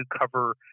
cover